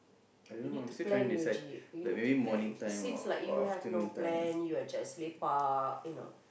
you need to plan Yuji you need to plan seems like you have no plan you are just lepak you know